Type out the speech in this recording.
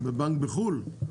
בבנק בחו"ל?